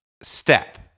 step